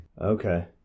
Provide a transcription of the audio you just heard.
Okay